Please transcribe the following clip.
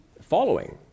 following